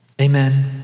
Amen